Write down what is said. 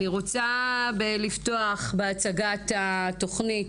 אני רוצה לפתוח בהצגת התוכנית.